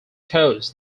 coast